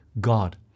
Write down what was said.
God